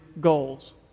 goals